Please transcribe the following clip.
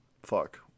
Fuck